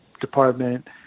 department